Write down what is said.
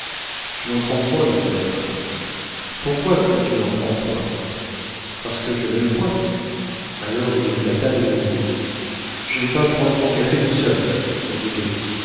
j'n'en prends point not maître pourquoi que tu n'en prends point parce que je l'aime point alors il éclata de nouveau j'aime pas prend mon café tout seul nom de d